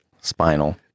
spinal